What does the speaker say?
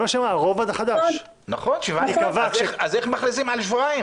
איך מכריזים על שבועיים?